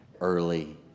early